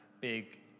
big